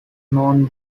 known